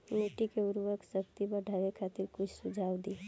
मिट्टी के उर्वरा शक्ति बढ़ावे खातिर कुछ सुझाव दी?